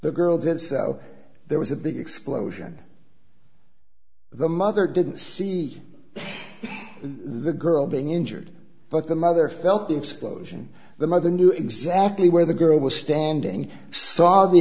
the girl did so there was a big explosion the mother didn't see the girl being injured but the mother felt the explosion the mother knew exactly where the girl was standing saw the